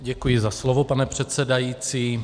Děkuji za slovo, pane předsedající.